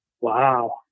Wow